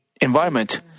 environment